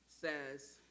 says